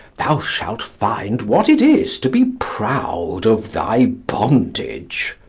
thou shalt find what it is to be proud of thy bondage.